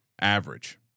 average